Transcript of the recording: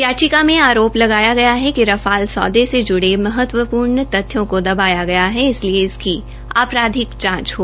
याचिका में आरोप लगाया गया है कि रफाल सौदे से जुड़े महत्वपूर्ण तथ्यों को दबाया गया है इसलिए इसकी आपराधिक जांच हो